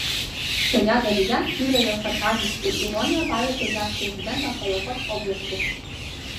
šioje dalyje fiurerio sarkazmas ir ironija pavertė jav prezidentą pajuokos objektu